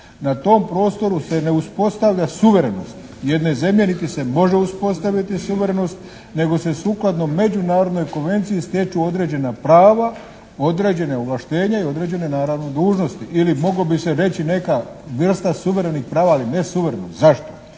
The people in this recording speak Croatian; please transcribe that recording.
Na tom prostoru se ne uspostavlja suverenost jedne zemlje niti se može uspostaviti suverenost nego se sukladno međunarodnoj konvenciji stječu određena prava, određena ovlaštenja i određene naravno dužnosti. Ili moglo bi se reći neka vrsta suverenih prava, ali ne suverenost. Zašto?